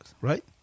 right